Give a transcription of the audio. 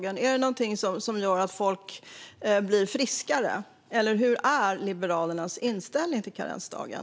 Är det något som gör att folk blir friskare, eller vad är Liberalernas inställning till karensdagen?